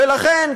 ולכן,